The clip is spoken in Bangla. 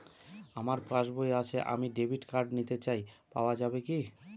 আমার পাসবই আছে আমি ডেবিট কার্ড নিতে চাই পাওয়া যাবে কি?